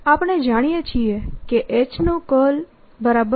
અને આપણે જાણીએ છીએ કે H નું કર્લ H0 છે